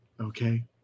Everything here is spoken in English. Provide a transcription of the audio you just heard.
Okay